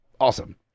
Awesome